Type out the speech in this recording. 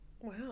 Wow